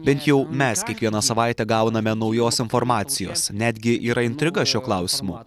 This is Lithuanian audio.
bet jau mes kiekvieną savaitę gauname naujos informacijos netgi yra intriga šiuo klausimu